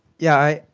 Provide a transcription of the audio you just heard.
yeah,